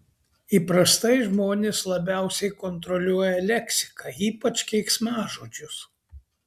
įprastai žmonės labiausiai kontroliuoja leksiką ypač keiksmažodžius